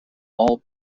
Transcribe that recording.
all